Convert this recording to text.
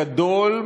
גדול,